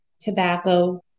tobacco